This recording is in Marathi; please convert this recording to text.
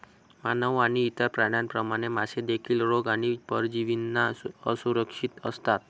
मानव आणि इतर प्राण्यांप्रमाणे, मासे देखील रोग आणि परजीवींना असुरक्षित असतात